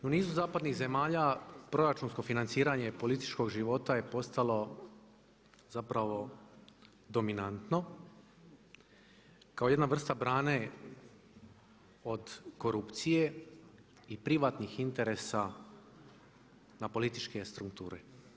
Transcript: U nizu zapadnih zemalja proračunsko financiranje političkog života je postalo zapravo dominantno kao jedna vrsta brane od korupcije i privatnih interesa na političke strukture.